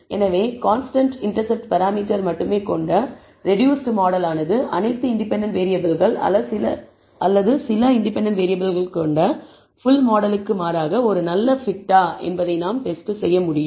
எனவே constant intercept parameter மட்டுமே கொண்ட ரெடூஸ்ட் மாடலானது அனைத்து இண்டிபெண்டன்ட் வேறியபிள்கள் அல்லது சில இண்டிபெண்டன்ட் வேறியபிள்கள் கொண்ட ஃபுல் மாடலுக்கு மாறாக ஒரு நல்ல பிட் ஆ என்பதை நாம் டெஸ்ட் செய்ய முடியும்